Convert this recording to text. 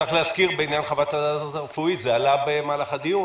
צריך להזכיר בעניין חוות הדעת הרפואית זה עלה במהלך הדיון